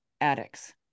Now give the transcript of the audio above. addicts